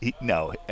no